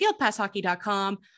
fieldpasshockey.com